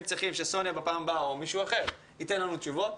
שסוניה בפעם הבאה או מישהו אחר ייתן לנו תשובות.